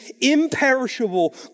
imperishable